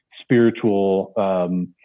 spiritual